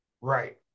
Right